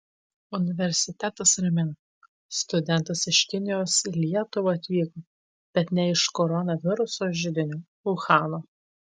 universitetas ramina studentas iš kinijos į lietuvą atvyko bet ne iš koronaviruso židinio uhano